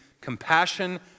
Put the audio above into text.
compassion